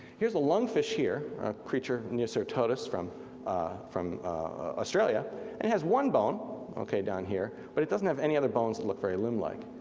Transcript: here's a lungfish here, a creature neoceratodus from ah from australia, and it has one bone okay down here, but it doesn't have any other bones that look very limb-like,